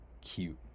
cute